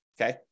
okay